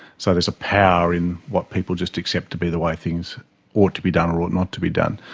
so there's a power in what people just accept to be the way things ought to be done or ought not to be done.